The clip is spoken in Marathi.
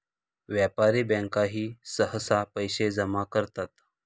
व्यापारी बँकाही सहसा पैसे जमा करतात